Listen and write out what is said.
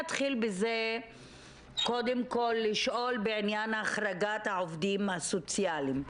אתחיל בזה קודם כל לשאול בעניין החרגת העובדים הסוציאליים.